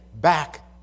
back